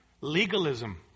legalism